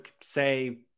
say